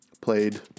played